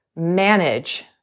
manage